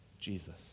Jesus